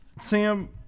sam